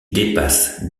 dépasse